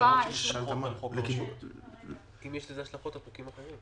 --- אם יש לזה השלכות על חוקים אחרים.